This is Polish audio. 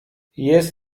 jest